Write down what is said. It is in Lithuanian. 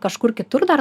kažkur kitur dar